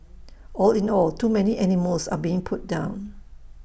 all in all too many animals are being put down